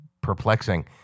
perplexing